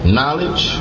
knowledge